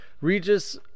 regis